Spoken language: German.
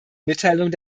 mitteilung